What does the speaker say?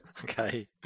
Okay